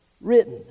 written